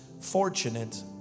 fortunate